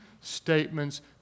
statements